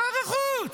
שר החוץ,